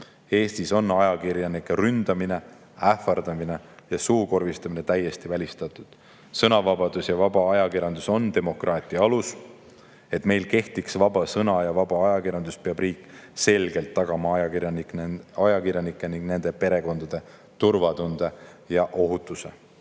Eestis on ajakirjanike ründamine, ähvardamine ja suukorvistamine täiesti välistatud. Sõnavabadus ja vaba ajakirjandus on demokraatia alus. Et meil kehtiks vaba sõna ja vaba ajakirjandus, peab riik selgelt tagama ajakirjanike ning nende perekondade turvatunde ja ohutuse.